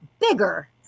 bigger